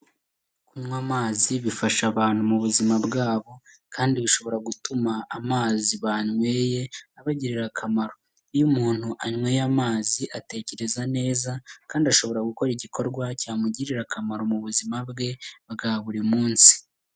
Kunywa amazi bifasha abantu mu buzima bwabo kandi bishobora gutuma amazi banyweye abagirira akamaro, iyo umuntu anyweye amazi atekereza neza kandi ashobora gukora igikorwa cyamugirira akamaro mu buzima bwe bwa buri munsi.